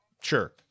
sure